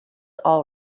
all